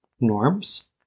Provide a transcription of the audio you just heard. norms